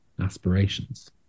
aspirations